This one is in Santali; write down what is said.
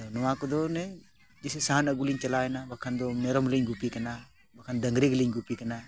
ᱱᱚᱣᱟ ᱠᱚᱫᱚ ᱚᱱᱮ ᱡᱮᱥᱮ ᱥᱟᱦᱟᱱ ᱟᱹᱜᱩ ᱞᱤᱧ ᱪᱟᱞᱟᱣ ᱮᱱᱟ ᱵᱟᱠᱷᱟᱱ ᱫᱚ ᱢᱮᱨᱚᱢ ᱞᱤᱧ ᱜᱩᱯᱤ ᱠᱟᱱᱟ ᱵᱟᱠᱷᱟᱱ ᱰᱟᱹᱝᱨᱤ ᱜᱮᱞᱤᱧ ᱜᱩᱯᱤ ᱠᱟᱱᱟ